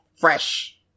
fresh